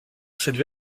cette